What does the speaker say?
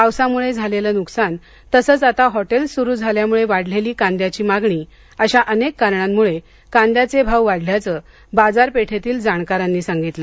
पावसामुळे झालेलं नुकसान तसंच आता हॉटेल सुरू झाल्यामुळे वाढलेली कांद्याची मागणी अशा अनेक कारणांमुळे कांद्याचे भाव वाढल्याचं बाजारपेठेतील जाणकारांनी सांगितलं